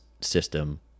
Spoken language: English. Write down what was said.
system